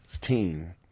team